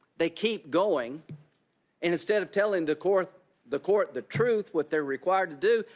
they keep going and instead of telling the court the court the truth what they are required to do,